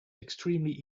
extremely